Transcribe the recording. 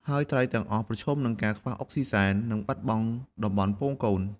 ហើយត្រីទាំងអស់ប្រឈមនឹងការខ្វះអុកស៊ីហ្សែន និងបាត់បង់តំបន់ពងកូន។